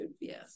Yes